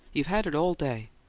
you've had it all day.